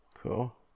cool